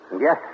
Yes